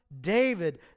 David